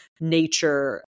nature